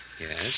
Yes